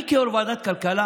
אני כיו"ר ועדת כלכלה